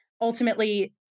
ultimately